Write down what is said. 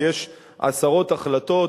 כי יש עשרות החלטות,